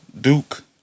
Duke